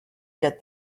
get